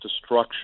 destruction